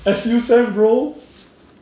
S_U sem bro